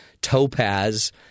topaz